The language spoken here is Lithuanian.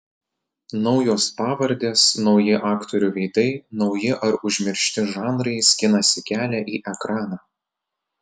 naujos pavardės nauji aktorių veidai nauji ar užmiršti žanrai skinasi kelią į ekraną